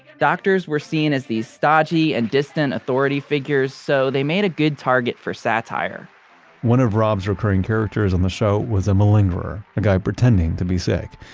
doctors were seeing as these stodgy and distant authority figures, so they made a good target for satire one of rob's recurring characters on the show was a malingerer, a guy pretending to be sick,